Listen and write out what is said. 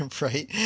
Right